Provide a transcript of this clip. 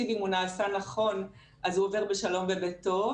ואם הוא נעשה נכון אז הוא עובר בשלום ובטוב.